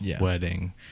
wedding